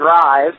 Drive